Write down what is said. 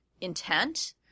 intent